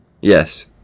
Yes